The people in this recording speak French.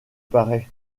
paraît